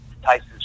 Tyson